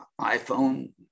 iPhone